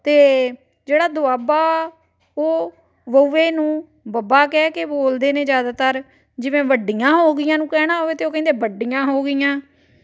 ਅਤੇ ਜਿਹੜਾ ਦੁਆਬਾ ਉਹ ਵੋਵੇ ਨੂੰ ਬੱਬਾ ਕਹਿ ਕੇ ਬੋਲਦੇ ਨੇ ਜ਼ਿਆਦਾਤਰ ਜਿਵੇਂ ਵੱਡੀਆਂ ਹੋਗੀਆਂ ਨੂੰ ਕਹਿਣਾ ਹੋਵੇ ਅਤੇ ਉਹ ਕਹਿੰਦੇ ਬੱਡੀਆਂ ਹੋ ਗਈਆਂ